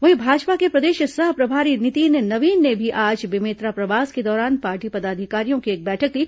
वहीं भाजपा के प्रदेश सह प्रभारी नितिन नवीन ने भी आज बेमेतरा प्रवास के दौरान पार्टी पदाधिकारियों की एक बैठक ली